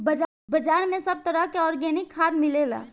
बाजार में सब तरह के आर्गेनिक खाद मिलेला